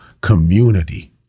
community